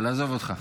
אבל עזוב אותך.